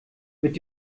mit